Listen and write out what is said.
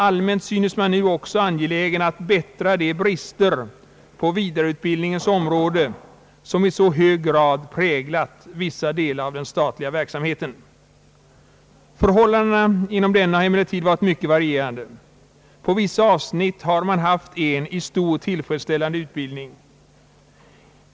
Allmänt synes man nu också angelägen att bättra de brister på vidareutbildningens område som i så hög grad präglat vissa delar av den statliga verksamheten. Förhållandena inom denna har emellertid varit mycket varierande. På vissa avsnitt har det varit en i stort tillfredsställande utbildning.